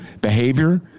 behavior